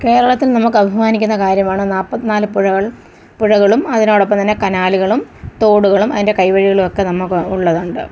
കേരളത്തിൽ നമുക്ക് അഭിമാനിക്കുന്ന കാര്യമാണ് നാൽപ്പത്തിനാല് പുഴകൾ പുഴകളും അതിനോടൊപ്പം തന്നെ കനാലുകളും തോടുകളും അതിന്റെ കൈവരികളുമൊക്കെ നമുക്ക് ഉള്ളത് കൊണ്ട്